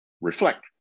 reflect